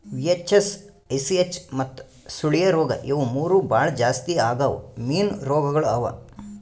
VHS, ICH ಮತ್ತ ಸುಳಿಯ ರೋಗ ಇವು ಮೂರು ಭಾಳ ಜಾಸ್ತಿ ಆಗವ್ ಮೀನು ರೋಗಗೊಳ್ ಅವಾ